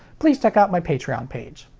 please check out my patreon page.